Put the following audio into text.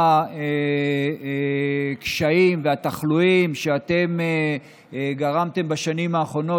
הקשיים והתחלואים שאתם גרמתם בשנים באחרונות,